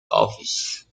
office